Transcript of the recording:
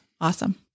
Awesome